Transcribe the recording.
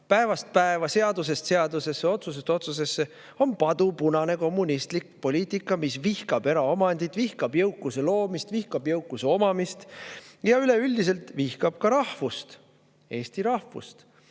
päevast päeva, seadusest seadusesse, otsusest otsusesse, on padupunane kommunistlik poliitika, mis vihkab eraomandit, vihkab jõukuse loomist, vihkab jõukuse omamist ja üleüldiselt vihkab ka rahvust, Eesti rahvust.